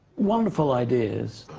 wonderful ideas,